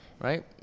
Right